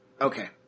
Okay